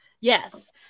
Yes